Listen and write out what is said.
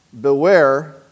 beware